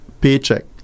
paycheck